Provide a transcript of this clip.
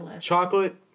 chocolate